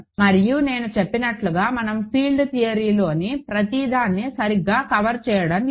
మరియు నేను చెప్పినట్లుగా మనం ఫీల్డ్ థియరీలోని ప్రతిదాన్ని సరిగ్గా కవర్ చేయడం లేదు